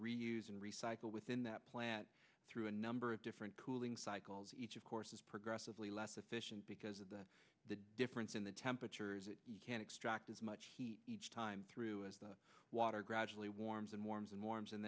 reuse and recycle within that plant through a number of different cooling cycles each of course is progressively less efficient because of the difference in the temperatures that you can extract as much heat each time through as the water gradually warms and warms and warms and